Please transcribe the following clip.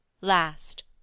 Last